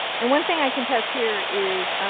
and one thing i can test here is,